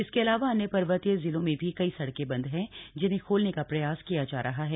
इसके अलावा अन्य पर्वतीय जिलों में भी कई सड़कें बंद हैं जिन्हें खोलने का प्रयास किया जा रहा है